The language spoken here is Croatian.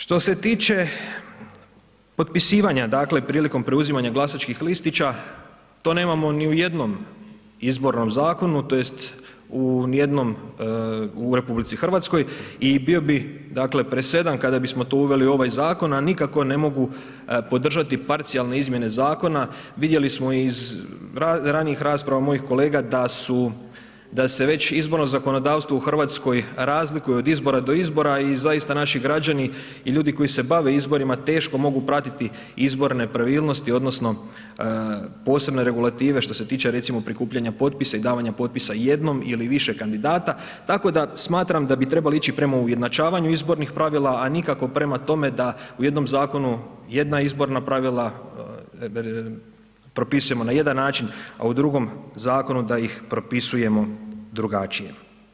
Što se tiče potpisivanja, dakle prilikom preuzimanja glasačkih listića, to nemamo ni u jednom izbornom zakonu tj. u ni u jednom u RH i bio bi dakle presedan kada bismo to uveli u ovaj zakon, a nikako ne mogu podržati parcijalne izmjene zakona, vidjeli smo iz ranijih rasprava mojih kolega da su, da se već izborno zakonodavstvo u RH razlikuje od izbora do izbora i zaista naši građani i ljudi koji se bave izborima, teško mogu pratiti izborne nepravilnosti odnosno posebne regulative što se tiče recimo prikupljanja potpisa i davanja potpisa jednom ili više kandidata, tako da smatram da bi trebali ići prema ujednačavanju izbornih pravila, a nikako prema tome da u jednom zakonu jedna izborna pravila propisujemo na jedan način, a u drugom zakonu da ih propisujemo drugačije.